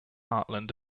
heartland